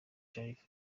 sharifa